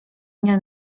dnia